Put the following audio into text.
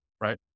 right